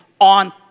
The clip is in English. on